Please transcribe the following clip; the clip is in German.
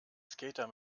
skater